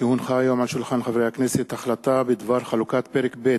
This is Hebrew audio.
כי הונחה היום על שולחן הכנסת החלטה בדבר חלוקת פרק ב'